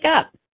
up